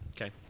Okay